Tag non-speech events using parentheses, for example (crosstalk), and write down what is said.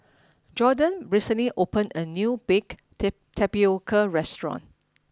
Jordon recently opened a new baked (hesitation) tapioca restaurant